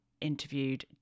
interviewed